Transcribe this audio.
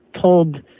told